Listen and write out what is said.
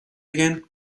again